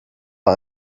war